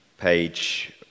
page